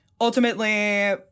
ultimately